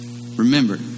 Remember